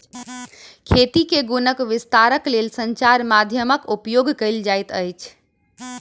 खेती के गुणक विस्तारक लेल संचार माध्यमक उपयोग कयल जाइत अछि